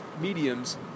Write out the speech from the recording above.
mediums